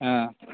অঁ